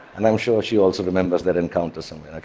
and i'm sure she also remembers that encounter somewhere. ok,